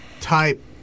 type